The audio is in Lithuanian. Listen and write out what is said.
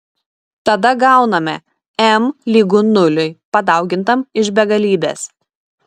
tada gauname m lygu nuliui padaugintam iš begalybės